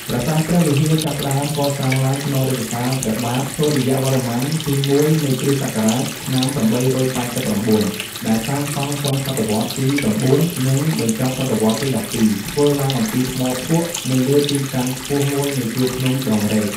ប្រាសាទព្រះវិហារចាប់ផ្ដើមកសាងឡើងក្នុងរជ្ជកាល ព្រះបាទសុរិយវរ្ម័នទីមួយនៃគ្រិស្តសករាជឆ្នាំ៨៨៩ ដែលសាងសង់ចុងស.វ ទី៩ និងបញ្ចប់ស.វ.ទី១២ ធ្វើឡើងអំពីថ្មភក់នៅលើទីតាំងខ្ពស់មួយនៃជួរភ្នំដងរែក។